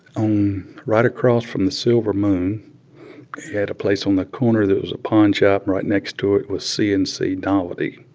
um right across from the silver moon, he had a place on the corner that was a pawn shop and right next to it was c and c novelty.